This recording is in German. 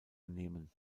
nehmen